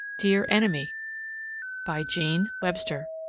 dear enemy by jean webster